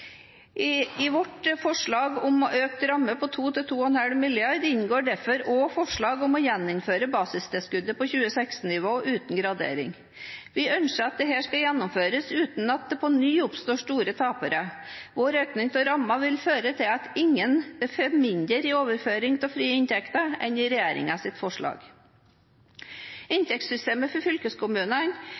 sted. I vårt forslag om økt ramme på 2 mrd. til 2,5 mrd. kr inngår derfor også forslag om å gjeninnføre basistilskuddet på 2016-nivå uten gradering. Vi ønsker at dette skal gjennomføres uten at det på ny oppstår store tapere. Vår økning av rammen vil føre til at ingen får mindre i overføring av frie inntekter enn de får i regjeringens forslag. Inntektssystemet for fylkeskommunene